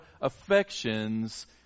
affections